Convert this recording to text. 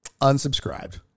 unsubscribed